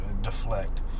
Deflect